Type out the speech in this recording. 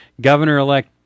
Governor-elect